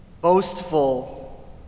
boastful